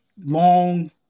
long